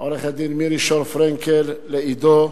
לעורכת-דין מירי פרנקל-שור ולעידו,